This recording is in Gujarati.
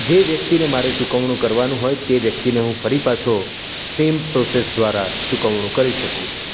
જે વ્યક્તિને મારે ચૂકવણું કરવાનું હોય તે વ્યક્તિને હું ફરી પાછો સેમ પ્રોસેસ દ્વારા ચૂકવણું કરી શકું